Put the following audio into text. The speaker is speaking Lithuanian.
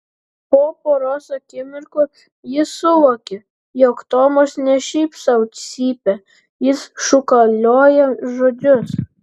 po poros akimirkų jis suvokė jog tomas ne šiaip sau cypia jis šūkalioja žodžius